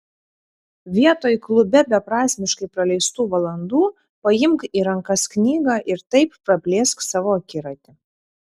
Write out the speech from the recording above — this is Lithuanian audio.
vietoj klube beprasmiškai praleistų valandų paimk į rankas knygą ir taip praplėsk savo akiratį